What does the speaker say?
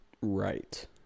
right